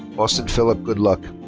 austin phillip goodluck.